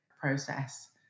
process